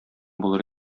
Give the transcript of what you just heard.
булыр